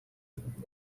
bamburwa